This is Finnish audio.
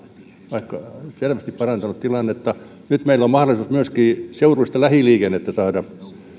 selvästi parantanut tilannetta nyt meillä on mahdollisuus myöskin esimerkiksi seudullista lähiliikennettä saada